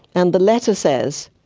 and the letter says,